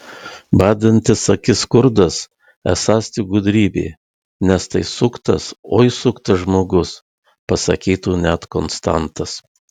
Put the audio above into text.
badantis akis skurdas esąs tik gudrybė nes tai suktas oi suktas žmogus pasakytų net konstantas